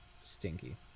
stinky